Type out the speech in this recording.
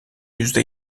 yüzde